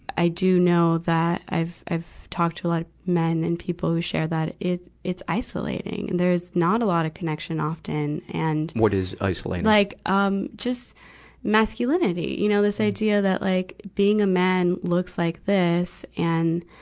i do know that i've, i've talked to a lot of men and people who share that it, it's isolating. and there's not a lot of connection often. and what is isolating? like, um, just masculinity. you know, this idea that like being a man looks like this. and,